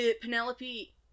Penelope